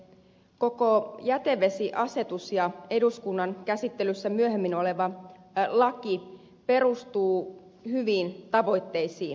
koko jätevesiasetus ja eduskunnan käsittelyssä myöhemmin oleva laki perustuvat hyviin tavoitteisiin